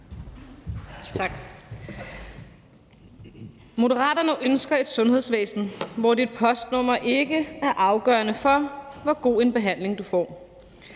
Moderaterne ønsker et sundhedsvæsen, hvor dit postnummer ikke er afgørende for, hvor god en behandling du får.